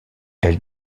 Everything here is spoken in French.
elle